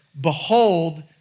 behold